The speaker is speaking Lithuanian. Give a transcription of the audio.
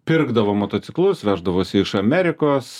pirkdavo motociklus veždavosi iš amerikos